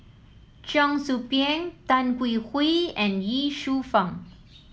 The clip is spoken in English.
Cheong Soo Pieng Tan Hwee Hwee and Ye Shufang